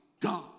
God